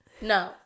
No